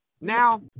Now